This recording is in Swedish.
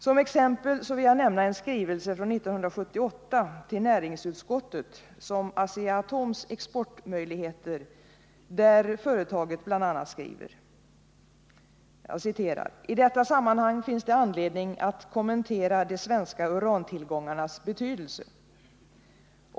Som exempel vill jag nämna en skrivelse från 1978 till näringsutskottet om Asea-Atoms exportmöjligheter, där företaget bl.a. skriver: ”I detta sammanhang finns det anledning att kommentera de svenska urantillgångarnas betydelse.